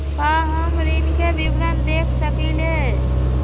का हम ऋण के विवरण देख सकइले?